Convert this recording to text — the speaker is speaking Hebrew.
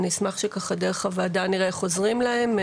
אני אשמח שדרך הוועדה נראה איך עוזרים להם.